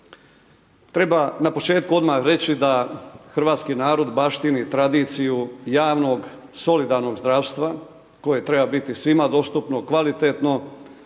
Treba na početku odmah reći da hrvatski narod baštini tradiciju javnog, solidarnog zdravstva koje treba biti svima dostupno, kvalitetno